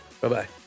Bye-bye